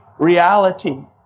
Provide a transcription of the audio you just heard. Reality